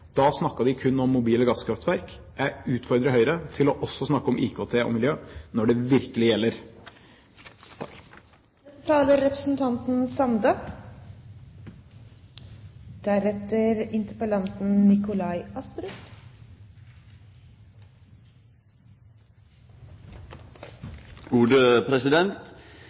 Da snakket de kun om mobile gasskraftverk. Jeg utfordrer Høyre til også å snakke om IKT og miljø når det virkelig gjelder. Lat meg starte med å takke interpellanten